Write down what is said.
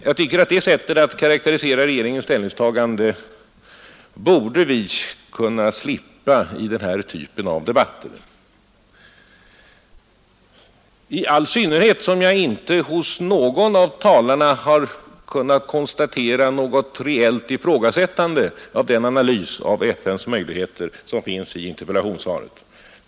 Jag tycker att det sättet att karakterisera regeringens ställningstagande borde vi kunna slippa i den här typen av debatter, i all synnerhet som jag inte hos någon av talarna har kunnat konstatera något reellt ifrågasättande av den analys av FN:s möjligheter som finns i interpellationssvaret.